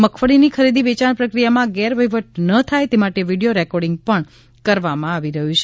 મગફળીની ખરીદ વેચાણ પ્રક્રિયામાં ગેરવહીવટ ન થાય તે માટે વિડિયો રેકોડીંગ પણ કરવામાં આવી રહ્યું છે